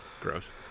Gross